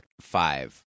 five